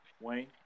Wayne